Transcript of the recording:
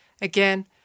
Again